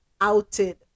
outed